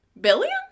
Billion